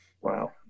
wow